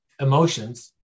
emotions